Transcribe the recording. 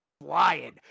flying